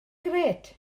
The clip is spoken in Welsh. grêt